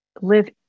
live